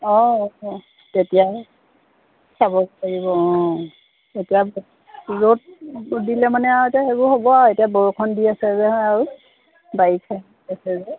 অঁ তেতিয়াহে চাব পাৰিব অঁ এতিয়া ৰ'দ দিলে মানে আৰু এতিয়া সেইবোৰ হ'ব আৰু এতিয়া বৰষুণ দি আছে যে আৰু বাৰিষা হৈছে যে